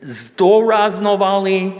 zdoraznovali